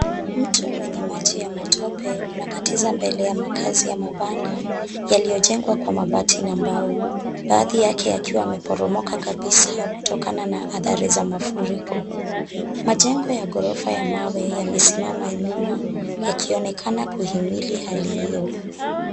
Mto wenye maji ya matope unakatiza mbele ya makazi ya mabanda yaliyojengwa kwa mabati na mbao baadhi yao yakiwa yameporomoka kabisa kutokana na athari za mafuriko. Majengo ya ghorofa ya mawe yamesimama nyuma yakionekana kuhimili hali hiyo.